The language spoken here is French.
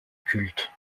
culte